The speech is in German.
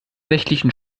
nächtlichen